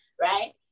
right